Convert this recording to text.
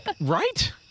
Right